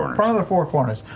front front of the four corners.